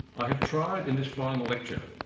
i have tried in this final lecture,